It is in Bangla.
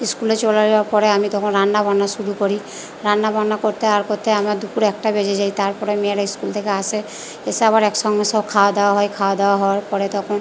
স্কুলে চলে যাওয়ার পরে আমি তখন রান্না বান্না শুরু করি রান্না বান্না করতে আর করতে আমার দুপুর একটা বেজে যায় তারপরে মেয়েরা স্কুল থেকে আসে এসে আবার একসঙ্গে সব খাওয়া দাওয়া হয় খাওয়া দাওয়া হওয়ার পরে তখন